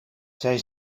zij